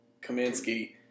Kaminsky